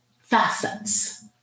facets